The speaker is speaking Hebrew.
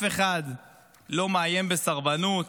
אף אחד לא מאיים בסרבנות.